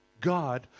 God